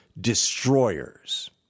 destroyers